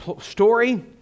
Story